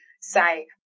say